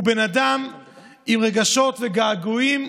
הוא בן אדם עם רגשות וגעגועים,